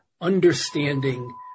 understanding